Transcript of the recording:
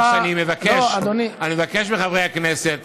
אם כך, אני מבקש מחברי הכנסת